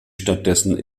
stattdessen